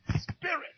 spirit